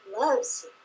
loves